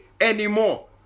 anymore